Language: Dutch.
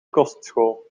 kostschool